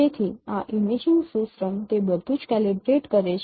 તેથી આ imaging system તે બધું જ કેલિબ્રેટ કરે છે